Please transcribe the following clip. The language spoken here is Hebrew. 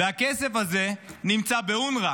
והכסף הזה נמצא באונר"א.